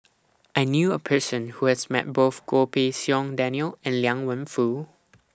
I knew A Person Who has Met Both Goh Pei Siong Daniel and Liang Wenfu